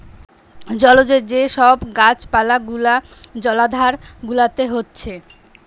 জলজ যে সব গাছ পালা গুলা জলাধার গুলাতে হচ্ছে